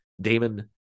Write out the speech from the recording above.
Damon